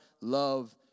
love